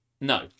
No